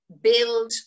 build